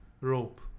rope